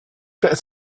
better